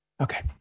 Okay